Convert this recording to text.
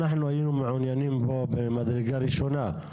אנחנו היינו מעוניינים בו במדרגה ראשונה.